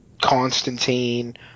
Constantine